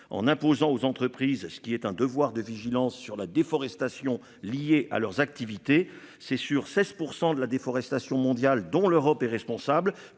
en imposant aux entreprises, ce qui est un devoir de vigilance sur la déforestation liées à leurs activités, c'est sur 16% de la déforestation mondiale dont l'Europe et responsable